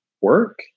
work